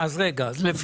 אני לא יודע.